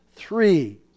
Three